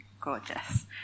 Gorgeous